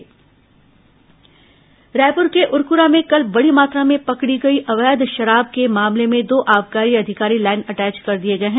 अवैध शराब कार्रवाई रायपुर के उरकुरा में कल बड़ी मात्रा में पकड़ी गई अवैध शराब के मामले में दो आबकारी अधिकारी लाइन अटैच कर ँदिए गए हैं